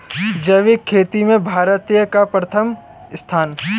जैविक खेती में भारत का प्रथम स्थान